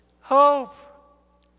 hope